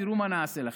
תראו מה נעשה לכם.